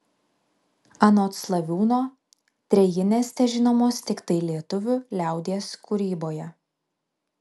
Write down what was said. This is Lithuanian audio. anot slaviūno trejinės težinomos tiktai lietuvių liaudies kūryboje